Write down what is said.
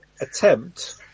attempt